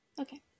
Okay